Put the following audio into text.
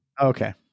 Okay